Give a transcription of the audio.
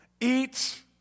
eat